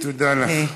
תודה לך.